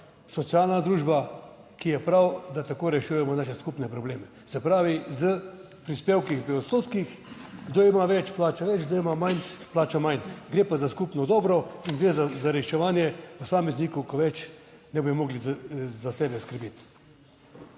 socialna družba, ki je prav, da tako rešujemo naše skupne probleme. Se pravi, s prispevki v odstotkih kdo ima več plače več, kdo ima manj, plača manj, gre pa za skupno dobro in gre za reševanje posameznikov, ki več ne bodo mogli za sebe skrbeti.